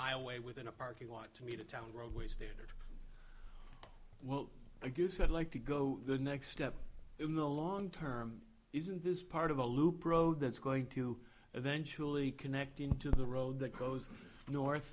aisle way within a parking lot to meet a town roadway standard well i guess you'd like to go the next step in the long term isn't this part of the loop road that's going to eventually connect into the road that goes north